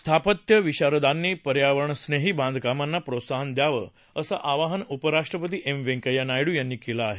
स्थापत्यविशारदानीं पर्यावरण स्नेही बांधकामांना प्रोत्साहन द्यावं असं आवाहन उपराष्ट्रपती एम व्यंकय्या नायडू यांनी केलं आहे